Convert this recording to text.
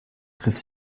griff